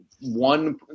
one